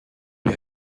lui